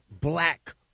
black